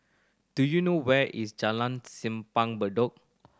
do you know where is Jalan Simpang Bedok